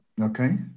Okay